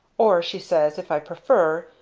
or she says, if i prefer,